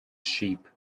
sheep